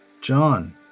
John